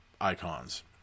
icons